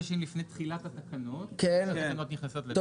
תחילת התקנות, התקנות נכנסות לתוקף.